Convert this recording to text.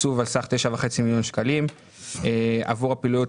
תקצוב על סך 9.5 מיליון שקלים עבור פעילות